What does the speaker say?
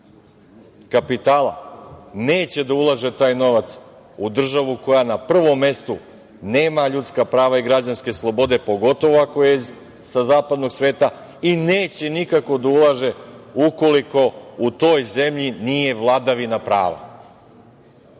kapitala neće da ulaže taj novac u državu koja na prvom mestu nema ljudska prava i građanske slobode, pogotovo ako je sa zapadnog sveta i neće nikako da ulaže ukoliko u toj zemlji nije vladavina prava.